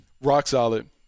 Rock-solid